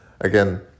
Again